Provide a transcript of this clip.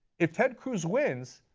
if ted cruz wins,